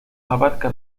abarca